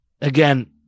again